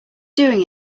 doing